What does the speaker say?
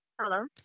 Hello